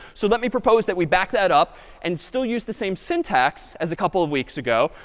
so let me propose that we back that up and still use the same syntax as a couple of weeks ago.